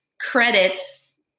credits